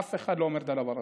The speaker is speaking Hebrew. אף אחד לא אומר את הדבר הזה.